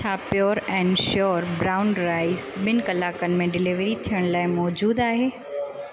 छा pure and sure brown rice ॿिन कलाकनि में डिलिवरी थियण लाइ मौज़ूदु आहे